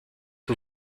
que